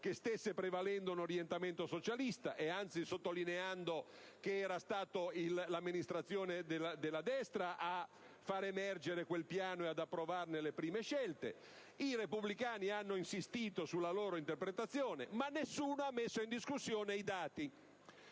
che stesse prevalendo un orientamento socialista e anzi sottolineando che era stata l'amministrazione della destra a far emergere quel piano e ad approvarne le prime scelte; i repubblicani hanno insistito sulla loro interpretazione; ma nessuno ha messo in discussione i dati,